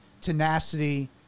tenacity